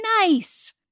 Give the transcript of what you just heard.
nice